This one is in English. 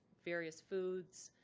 various foods,